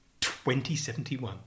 2071